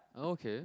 okay